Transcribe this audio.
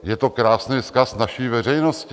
Je to krásný vzkaz naší veřejnosti!